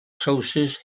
trowsus